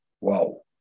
Wow